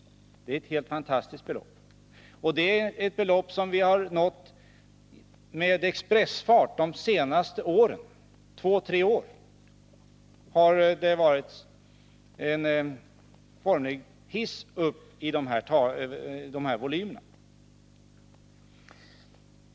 Det är ett helt fantastiskt belopp som vi har nått med expressfart de senaste två till tre åren.